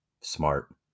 Smart